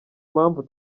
mpamvu